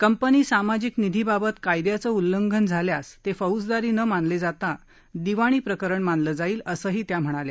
company सामाजिक निधी बाबत कायद्याचं उल्लंघन झाल्यास ते फौजदारी न मानले जाता दिवाणी प्रकरण मानले जाईल असंही त्या म्हणाल्या